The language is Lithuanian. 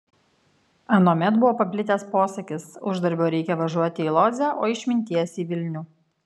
anuomet buvo paplitęs posakis uždarbio reikia važiuoti į lodzę o išminties į vilnių